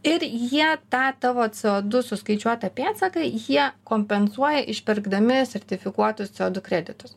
ir jie tą tavo ceodu suskaičiuotą pėdsaką jie kompensuoja išpirkdami sertifikuotus ceodu kreditus